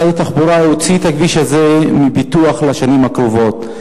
משרד התחבורה הוציא את הכביש הזה מפיתוח לשנים הקרובות.